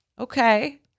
okay